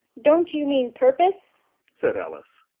don't you mean purpose said alice.